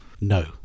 no